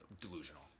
delusional